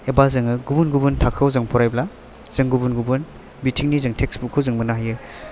एबा जोङो गुबुन गुबुन थाखोयाव जों फरायब्ला जों गुबुन गुबुन बिथिंनि जों टेक्सटबुक खौ जों मोन्नो हायो